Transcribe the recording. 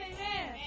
Amen